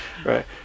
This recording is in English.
Right